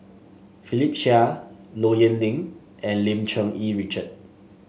Philip Chia Low Yen Ling and Lim Cherng Yih Richard